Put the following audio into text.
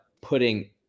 putting